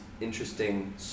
interesting